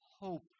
hope